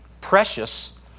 precious